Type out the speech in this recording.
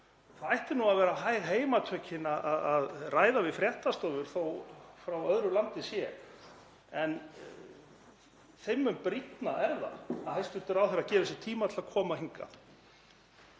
Það ættu nú að vera hæg heimatökin að ræða við fréttastofur þó að frá öðru landi sé. Þeim mun brýnna er það að hæstv. ráðherra gefi sér tíma til að koma hingað.